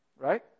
Right